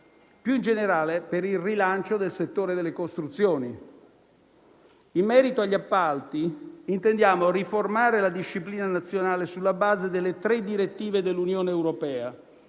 più in generale, per il rilancio del settore delle costruzioni. In merito agli appalti, intendiamo riformare la disciplina nazionale sulla base delle tre direttive dell'Unione europea